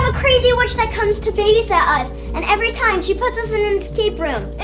ah crazy witch that comes to babysit us and every time she puts us in an escape room!